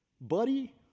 Buddy